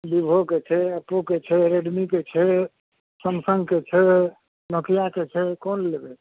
बीभोके छै ओप्पोके छै रेडमीके छै सैमसङ्गके छै नोकियाके छै कोन लेबै